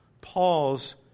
Paul's